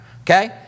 okay